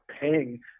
paying